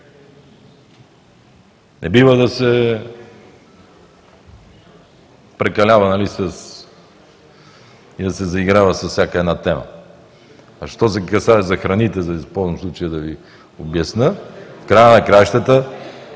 Не бива да се прекалява и да се заиграва с всяка една тема. Що се касае за храните, използвам случая да Ви обясня, в края на краищата